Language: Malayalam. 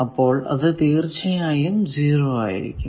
അപ്പോൾ അത് തീർച്ചയായും 0 ആയിരിക്കും